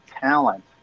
talent